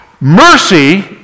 Mercy